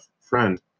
friend